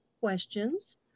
questions